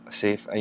safe